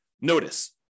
Notice